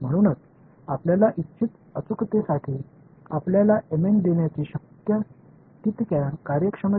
எனவே அதனால்தான் நீங்கள் விரும்பிய துல்லியத்திற்கு இதை ஒரு m n வழங்குவதற்கு முடிந்தவரை திறமை தேவை